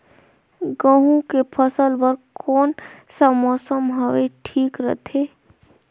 गहूं के फसल बर कौन सा मौसम हवे ठीक रथे?